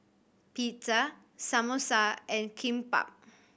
Pizza Samosa and Kimbap